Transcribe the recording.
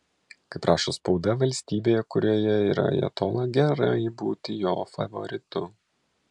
kaip rašo spauda valstybėje kurioje yra ajatola gerai būti jo favoritu